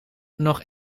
nog